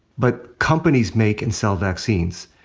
but companies make and sell vaccines.